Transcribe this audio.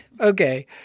Okay